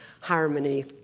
harmony